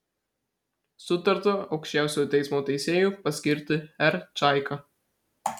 sutarta aukščiausiojo teismo teisėju paskirti r čaiką